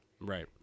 Right